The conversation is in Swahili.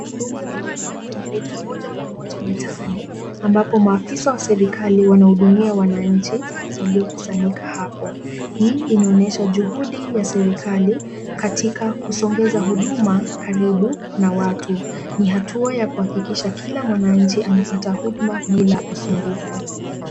Huduma za umma zimeletwa moja kwa moja mitaani ambapo maafisa wa serikali wanahudumia wananchi waliokusanyika hapo. Hii inaonyesha juhudi ya serikali katika kusongeza huduma karibu na watu. Ni hatua ya kuhakikisha kila mwananchi anapata huduma bila usumbufu.